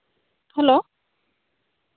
hello